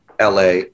la